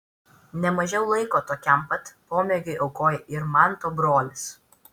ne mažiau laiko tokiam pat pomėgiui aukoja ir manto brolis